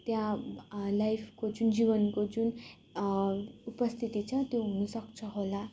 त्यहाँ लाइफको जुन जीवनको जुन उपस्थिति छ त्यो हुनसक्छ होला